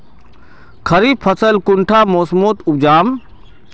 खरीफ फसल कुंडा मोसमोत उपजाम?